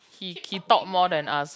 he he talk more than us